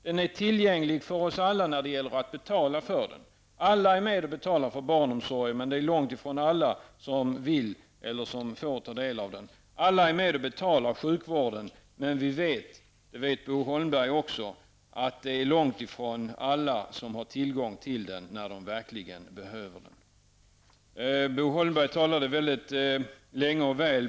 Den är tillgänglig för oss alla när det gäller att betala för den. Alla är med och betalar för barnomsorgen, men det är långtifrån alla som vill eller får ta del av den. Alla är med och betalar sjukvården, men vi vet, och det vet Bo Holmberg också, att det är långtifrån alla som har tillgång till den när de verkligen behöver den. Bo Holmberg talade mycket länge och väl.